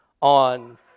on